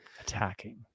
attacking